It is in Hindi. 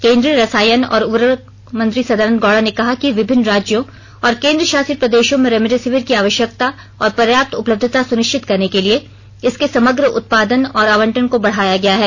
केन्द्रीय रसायन और उर्वरक मंत्री सदानंद गौड़ा ने कहा कि विभिन्न राज्यों और केन्द्रशासित प्रदेशों में रेमडेसिविर की आवश्यकता और पर्याप्त उपलब्धता सुनिश्चित करने के लिए इसके समग्र उत्पादन और आवंटन को बढ़ाया गया है